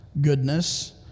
goodness